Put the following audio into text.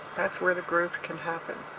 that's where the growth can happen,